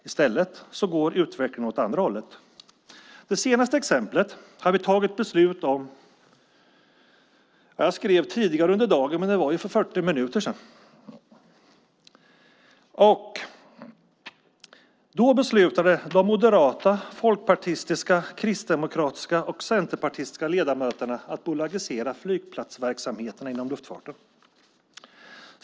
I stället går utvecklingen åt andra hållet. Det senaste exemplet gäller något som vi tog beslut om för 40 minuter sedan. Då beslutade de moderata, folkpartistiska, kristdemokratiska och centerpartistiska ledamöterna att man ska bolagisera flygplatsverksamheterna inom luftfarten.